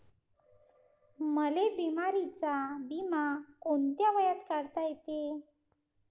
मले बिमारीचा बिमा कोंत्या वयात काढता येते?